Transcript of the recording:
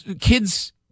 kids